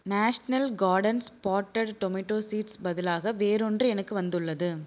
national Gardens potted tomato seeds பதிலாக வேறொன்று எனக்கு வந்துள்ளது